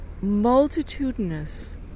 multitudinous